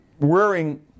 wearing